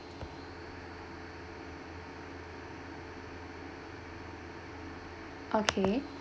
okay